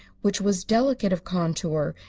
which was delicate of contour,